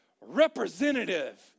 representative